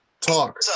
talk